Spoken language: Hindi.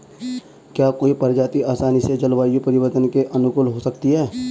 क्या कोई प्रजाति आसानी से जलवायु परिवर्तन के अनुकूल हो सकती है?